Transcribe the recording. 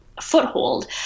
foothold